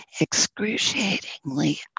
excruciatingly